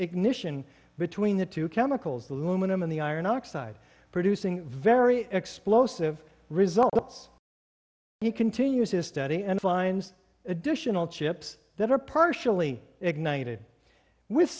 ignition between the two chemicals aluminum in the iron oxide producing very explosive results he continues to study and finds additional chips that are partially ignited with